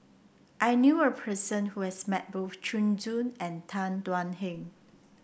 I knew a person who has met both Zhu and Tan Thuan Heng